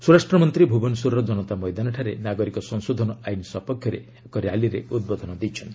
ସ୍ୱରାଷ୍ଟ୍ରମନ୍ତ୍ରୀ ଭ୍ରବନେଶ୍ୱରର କନତା ମଇଦାନଠାରେ ନାଗରିକ ସଂଶୋଧନ ଆଇନ୍ ସପକ୍ଷରେ ଏକ ର୍ୟାଲିରେ ଉଦ୍ବୋଧନ ଦେଇଛନ୍ତି